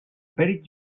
perits